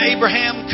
Abraham